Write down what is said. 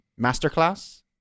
masterclass